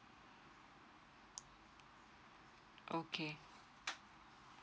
okay